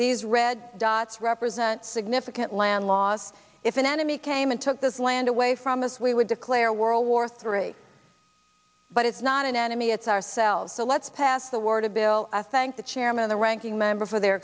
red dots represent significant land loss if an enemy came and took this land away from us we would declare world war three but it's not an enemy it's ourselves so let's pass the word of bill i thank the chairman of the ranking member for their